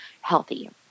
healthy